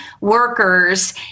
workers